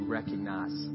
recognize